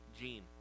Gene